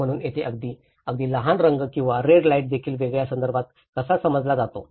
म्हणूनच येथे अगदी अगदी लहान रंग किंवा रेड लाईट देखील वेगळ्या संदर्भात कसा समजला जातो